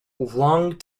long